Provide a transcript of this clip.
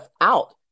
out